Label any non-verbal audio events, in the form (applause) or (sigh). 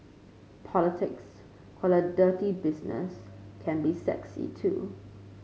politics (unintelligible) a dirty business can be sexy too